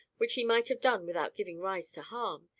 which he might have done without giving rise to harm,